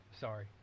sorry